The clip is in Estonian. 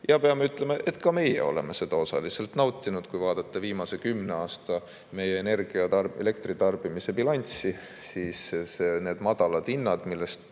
Pean ütlema, et ka meie oleme seda osaliselt nautinud. Kui vaadata meie viimase kümne aasta elektritarbimise bilanssi, siis need madalad hinnad, millest